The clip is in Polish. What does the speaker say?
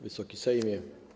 Wysoki Sejmie!